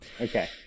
Okay